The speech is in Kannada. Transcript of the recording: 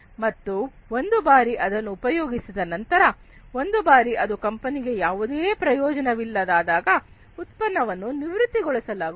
ಮತ್ತು ಒಂದು ಬಾರಿ ಅದನ್ನು ಉಪಯೋಗಿಸಿದ ನಂತರ ಒಂದು ಬಾರಿ ಅದು ಕಂಪನಿಗೆ ಯಾವುದೇ ಪ್ರಯೋಜನವಿಲ್ಲದಾದಾಗ ಉತ್ಪನ್ನವನ್ನು ನಿವೃತ್ತಿ ಗೊಳಿಸಲಾಗುವುದು